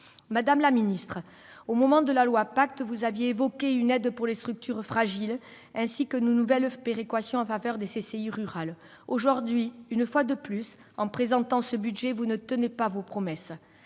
Madame la secrétaire d'État, au moment de la loi Pacte, vous aviez évoqué une aide pour les structures fragiles, ainsi qu'une nouvelle péréquation en faveur des CCI rurales. Aujourd'hui, une fois de plus, en présentant ce budget, vous ne tenez pas vos promesses.